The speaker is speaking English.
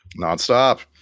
Nonstop